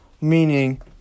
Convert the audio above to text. Meaning